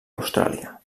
austràlia